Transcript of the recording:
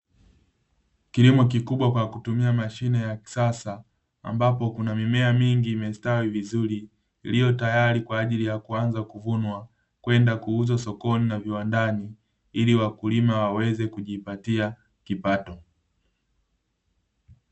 Kilimo kikubwa kwa kutumia mashine ya kisasa, ambapo kuna mimea mingi imestawi vizuri, iliyo tayari kwa ajili ya kuanza kuvunwa, kwenda kuuzwa sokoni na viwandani ili wakulima waweze kujipatia kipato.